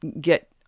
get